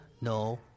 no